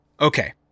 Okay